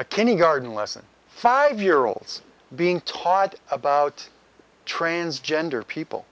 a kindergarten lesson five year olds being taught about transgender people